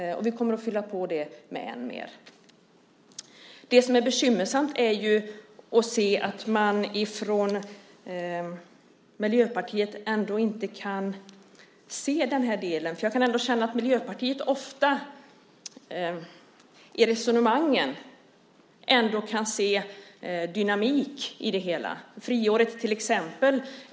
Vi kommer att fylla på med ännu mer. Det som är bekymmersamt är att se att man från Miljöpartiet inte kan se den här delen. Jag kan känna att Miljöpartiet i resonemangen ofta ändå kan se dynamiken i det hela. Friåret är ett exempel.